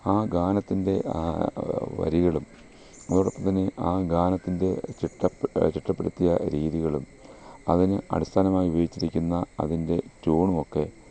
ആ ഗാനത്തിൻ്റെ ആ വരികളും അതോടൊപ്പം തന്നെ ആ ഗാനത്തിൻ്റെ ചിട്ടപ്പെടുത്തിയ ചിട്ടപ്പെടുത്തിയ രീതീകളും അതിന് അടിസ്ഥാനമായി ഉപയോഗിച്ചിരിക്കുന്ന അതിൻ്റെ ട്യൂണും ഒക്കെ